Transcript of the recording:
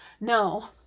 no